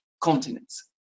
continents